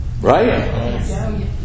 Right